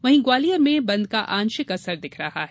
वहीं ग्वालियर में बन्द का आंशिक असर दिख रहा है